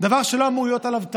דבר שלא אמורות להיות עליו טענות.